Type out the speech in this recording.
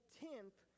tenth